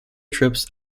trips